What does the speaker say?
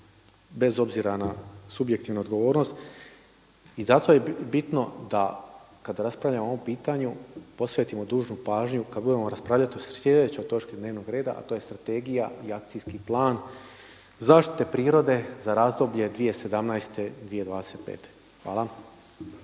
bez subjektivne odgovornost. I zato je bitno da kad raspravljamo o ovom pitanju posvetimo dužnu pažnju kad budemo raspravljali o sljedećoj točki dnevnog reda, a to je Strategija i Akcijski plan zaštite prirode za razdoblje 2017.-2025. Hvala.